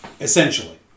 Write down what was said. Essentially